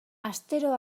astero